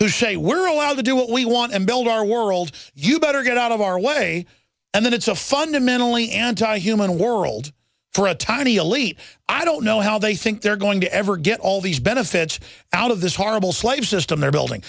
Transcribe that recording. say we're allowed to do what we want and build our world you better get out of our way and that it's a fundamentally anti human world for a tiny elite i don't know how they think they're going to ever get all these benefits out of this horrible slave system they're building